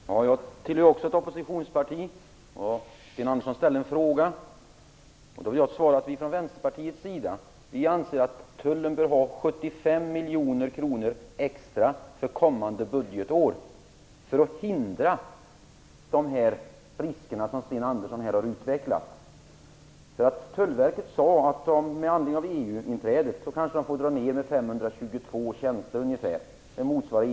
Fru talman! Jag tillhör också ett oppositionsparti. Sten Andersson ställde en fråga. Jag svarar att vi från Vänsterpartiets sida anser att tullen bör ha 75 miljoner kronor extra för kommande budgetår för att hindra de risker som Sten Andersson här utvecklat ett resonemang om. Tullverket sade att man med anledning av EU-inträdet kanske får dra in 522 tjänster.